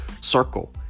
circle